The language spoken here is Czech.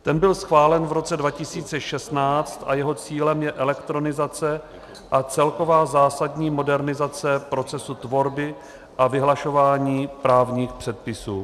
Ten byl schválen v roce 2016 a jeho cílem je elektronizace a celková zásadní modernizace procesu tvorby a vyhlašování právních předpisů.